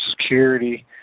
Security